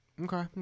Okay